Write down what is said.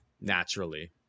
naturally